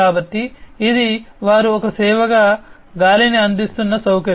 కాబట్టి ఇది వారు ఒక సేవగా గాలిని అందిస్తున్న సౌకర్యం